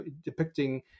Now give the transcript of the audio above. depicting